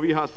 Man